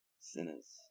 sinners